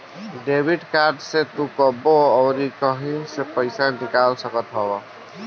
debit card से तू कबो अउरी कहीं से पईसा निकाल सकत हवअ